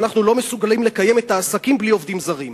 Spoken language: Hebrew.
ואנחנו לא מסוגלים לקיים את העסקים בלי עובדים זרים.